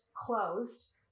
closed